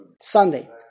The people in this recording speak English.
Sunday